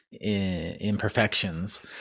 imperfections